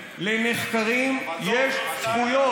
לנחקרים יש זכויות.